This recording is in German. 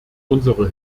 unsere